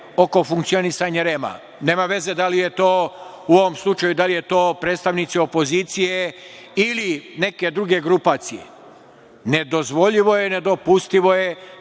oko funkcionisanja REM-a. Nema veze da li su to, u ovom slučaju, predstavnici opozicije ili neke druge grupacije. Nedozvoljivo je i nedopustivo je